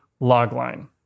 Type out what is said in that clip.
logline